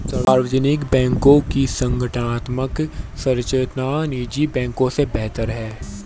सार्वजनिक बैंकों की संगठनात्मक संरचना निजी बैंकों से बेहतर है